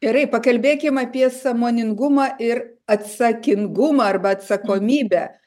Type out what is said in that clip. gerai pakalbėkim apie sąmoningumą ir atsakingumą arba atsakomybę